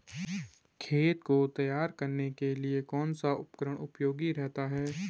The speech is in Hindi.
खेत को तैयार करने के लिए कौन सा उपकरण उपयोगी रहता है?